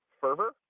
fervor